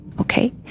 okay